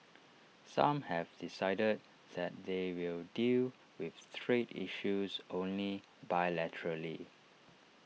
some have decided that they will deal with trade issues only bilaterally